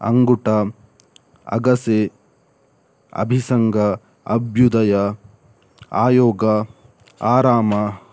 ಅಂಗುಟ ಅಗಸೆ ಅಬಿಸಂಗ ಅಭ್ಯುದಯ ಆಯೋಗ ಆರಾಮ